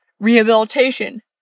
rehabilitation